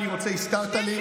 הזכרת לי.